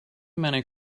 many